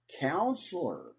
counselor